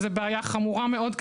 זאת בעיה חמורה מאוד,